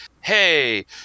hey